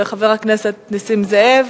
וחבר הכנסת נסים זאב